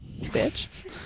bitch